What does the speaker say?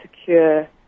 secure